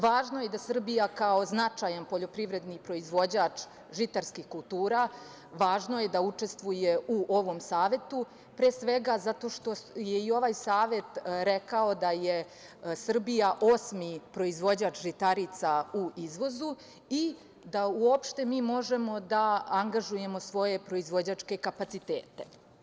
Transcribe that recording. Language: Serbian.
Važno je da Srbija kao značajan poljoprivredni proizvođač žitarskih kultura učestvuje u ovom Savetu, pre svega zato što je i ovaj Savet rekao da je Srbija osmi proizvođač žitarica u izvozu i da uopšte mi možemo da angažujemo svoje proizvođačke kapacitete.